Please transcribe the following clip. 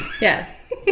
Yes